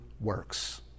works